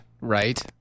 Right